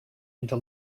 into